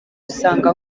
usanga